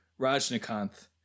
Rajnikanth